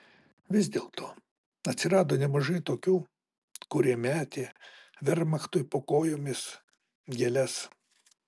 vis dėlto atsirado nemažai tokių kurie metė vermachtui po kojomis gėles